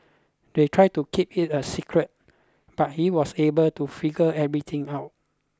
they tried to keep it a secret but he was able to figure everything out